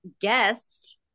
guest